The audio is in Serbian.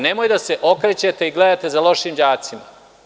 Nemojte da se okrećete i gledate za lošim đacima.